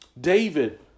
David